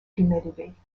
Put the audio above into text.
humidity